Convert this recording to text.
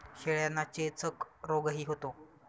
शेळ्यांना चेचक रोगही होतो